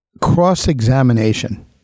cross-examination